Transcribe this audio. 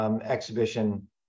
exhibition